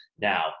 now